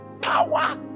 power